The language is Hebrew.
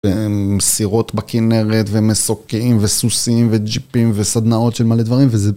עם סירות בכנרת, ומסוקים, וסוסים, וג'יפים, וסדנאות של מלא דברים, וזה...